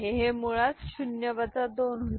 तर हे मुळात ० वजा २ होते